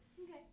Okay